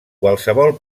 qualsevol